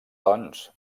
doncs